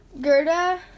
Gerda